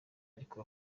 ariko